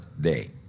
day